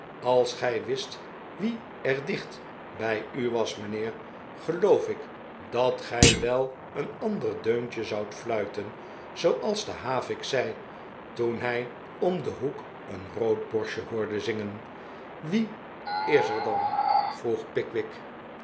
als gij wist wie er dicht bij u was mijnheer geloof ik dat gij wel een ander deuntje zoudt fluiten zooals de havik zei toen hij om den hoek een roodborstje hoorde zingen wie is er dan vroeg pickwick